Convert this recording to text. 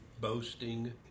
boasting